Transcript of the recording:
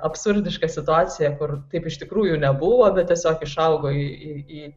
absurdišką situaciją kur taip iš tikrųjų nebuvo bet tiesiog išaugo į į į